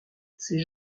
ses